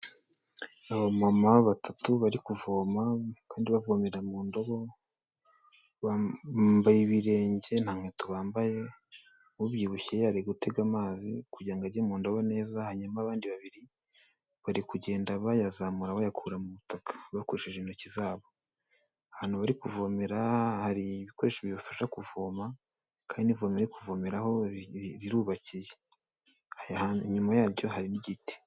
Abamama batatu bari kuvoma kandi bavomerara mu ndobo bambaye ibirenge, nta nkweto bambaye. Ubyibushye ari gutega amazi kugirango ngo ajye mu ndobo neza hanyuma, abandi babiri bari kugenda bayazamura bayakura mu butaka bakoresheje intoki zabo. Ahantu bari kuvomera hari ibikoresho bibafasha kuvoma kandi ivomo bari kuvomeraho rirubakiye inyuma yaryo hari n'igiti.